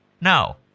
No